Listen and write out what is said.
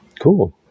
Cool